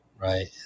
right